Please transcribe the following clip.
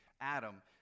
Adam